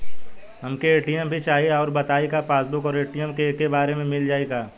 हमके ए.टी.एम भी चाही राउर बताई का पासबुक और ए.टी.एम एके बार में मील जाई का?